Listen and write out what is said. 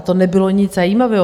To nebylo nic zajímavého.